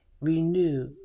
renew